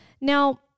Now